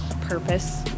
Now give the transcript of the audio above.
purpose